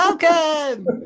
Welcome